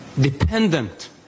dependent